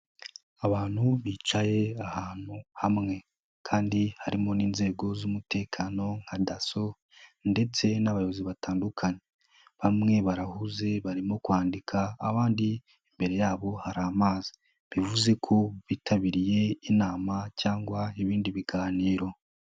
Abantu bicaye ahantu hamwe. Kandi harimo n'inzego z'umutekano nka Dasso ndetse n'abayobozi batandukanye. Bamwe barahuze barimo kwandika, abandi imbere yabo hari amazi. Bivuze ko bitabiriye inama cyangwa ibindi biganiro.